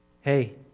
hey